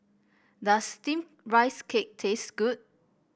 does steamed Rice Cake taste good